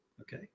okay